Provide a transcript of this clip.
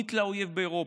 המונית לאויב באירופה.